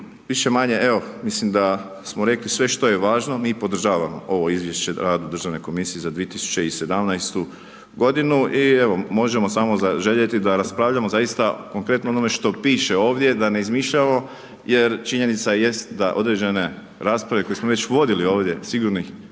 Više-manje, evo, mislim da smo rekli sve što je važno, mi podržavamo ovo izvješće Državne komisije za 2017.g. i evo, možemo samo zaželjeti da raspravljamo zaista konkretno o onome što piše ovdje da ne izmišljamo jer činjenica jest da određene rasprave koje smo već vodili ovdje sigurnih